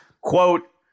Quote